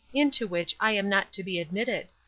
into which i am not to be admitted.